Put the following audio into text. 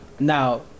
now